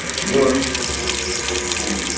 your home,